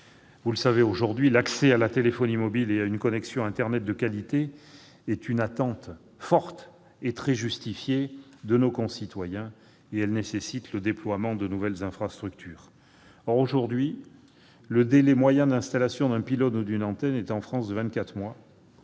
Vous le savez, l'accès à la téléphonie mobile et à une connexion internet de qualité est une attente forte de nos concitoyens et nécessite le déploiement de nouvelles infrastructures. Or le délai moyen d'installation d'un pylône ou d'une antenne est en France de